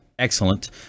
Excellent